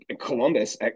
Columbus